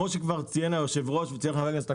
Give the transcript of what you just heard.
כמו שכבר ציין היושב-ראש וציין חבר הכנסת אקוניס,